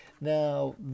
Now